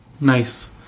Nice